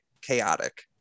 chaotic